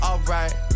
Alright